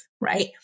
right